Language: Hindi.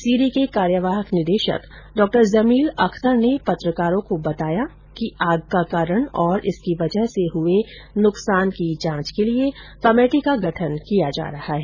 सीरी के कार्यवाहक निदेशक डॉ जमील अख्तर ने पत्रकारों को बताया कि आग का कारण और इसकी वजह से हुए नुकसान की जांच के लिये कमेटी का गठन किया जा रहा है